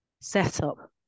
setup